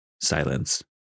silence